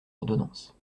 ordonnances